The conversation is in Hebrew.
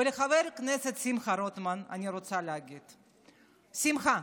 ולחבר הכנסת שמחה רוטמן אני רוצה להגיד: שמחה,